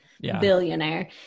billionaire